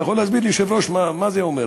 אתה יכול להסביר לי, היושב-ראש, מה זה אומר?